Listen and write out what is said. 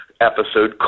episode